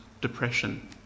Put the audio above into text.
depression